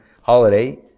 holiday